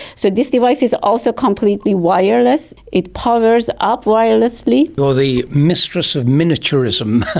so this device is also completely wireless, it powers up wirelessly. you're the mistress of miniaturism.